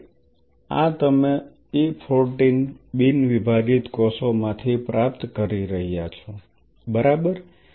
તેથી આ તમે E14 બિન વિભાજીત કોષોમાંથી પ્રાપ્ત કરી રહ્યા છો બરાબર